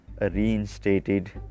reinstated